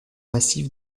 massif